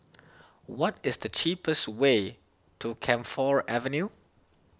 what is the cheapest way to Camphor Avenue